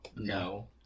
No